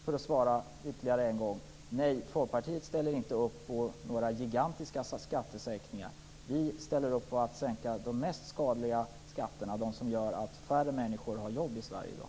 För att svara ytterligare en gång: Nej, Folkpartiet ställer inte upp på några gigantiska skattesänkningar. Vi ställer upp på att sänka de mest skadliga skatterna, de som gör att färre människor har jobb i Sverige i dag.